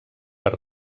per